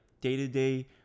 day-to-day